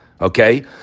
okay